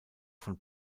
von